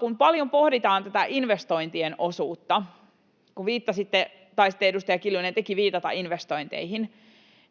kun paljon pohditaan tätä investointien osuutta — tekin, edustaja Kiljunen taisitte viitata investointeihin — niin